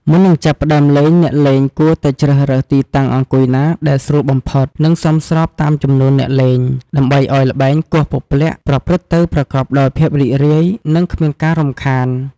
មុននឹងចាប់ផ្ដើមលេង អ្នកលេងគួរតែជ្រើសរើសទីតាំងអង្គុយណាដែលស្រួលបំផុត និងសមស្របតាមចំនួនអ្នកលេង ដើម្បីឱ្យល្បែងគោះពព្លាក់ប្រព្រឹត្តទៅប្រកបដោយភាពរីករាយ និងគ្មានការរំខាន។